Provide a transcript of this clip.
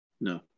no